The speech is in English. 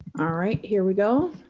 all right, here we go.